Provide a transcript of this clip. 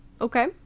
Okay